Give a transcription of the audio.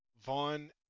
Vaughn